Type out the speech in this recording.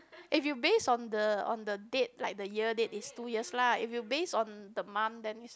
if you based on the on the date like the year date is two years lah if you based on the month then is